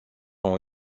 ont